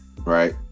right